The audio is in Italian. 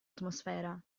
atmosfera